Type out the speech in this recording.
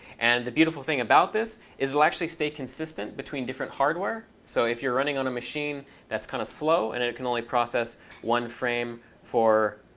and the beautiful thing about this is it'll actually stay consistent between different hardware. so if you're running on a machine that's kind of slow and it can only process one frame for